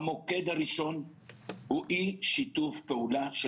המוקד הראשון הוא אי שיתוף פעולה של